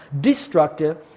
destructive